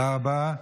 תודה רבה.